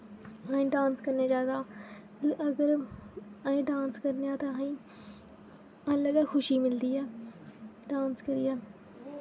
आहें डांस करने चाहिदा अगर आहें डांस करने आं ते आहें अलग गै खुशी मिलदी ऐ डांस करिये